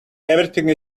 everything